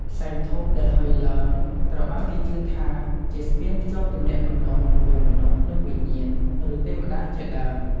ផ្សែងធូបដែលហុយឡើង ត្រូវបានគេជឿថាជាស្ពានភ្ជាប់ទំនាក់ទំនងរវាងមនុស្ស និងវិញ្ញាណ ឬទេវតាជាដើម។